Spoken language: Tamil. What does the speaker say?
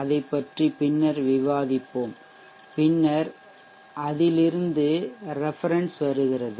அதைப் பற்றி பின்னர் விவாதிப்போம் பின்னர் அதில் இருந்து ரெஃபெரென்ஷ் வருகிறது